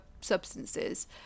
substances